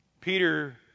Peter